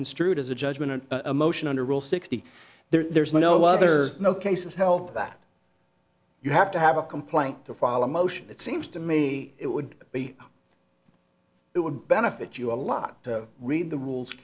construed as a judgment and a motion under rule sixty there's no other no cases help that you have to have a complaint to follow a motion it seems to me it would be it would benefit you a lot to read the rules